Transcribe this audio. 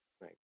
right